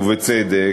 ובצדק.